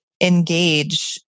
engage